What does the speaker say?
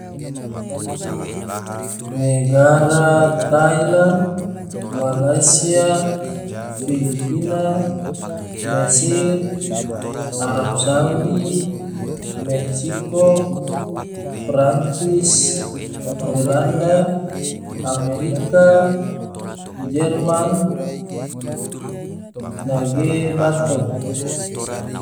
Negara tailan, malasya, filipina, mesir, arab saudi, meksiko, prancis, belanda, amerika, jerman, nage bato.